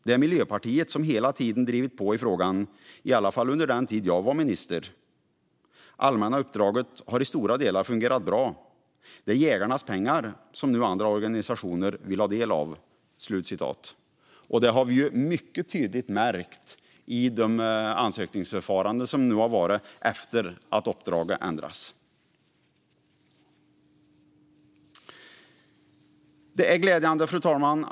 Det är Miljöpartiet som hela tiden drivit på i frågan, i alla fall under den tid jag var minister. Allmänna uppdraget har i stora delar fungerat bra. Det är jägarnas pengar som nu andra organisationer vill ha del av. Detta har vi tydligt märkt i de ansökningsförfaranden som har varit efter att uppdraget ändrades. Fru talman!